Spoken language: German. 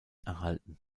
erhalten